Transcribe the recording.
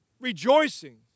rejoicing